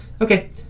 okay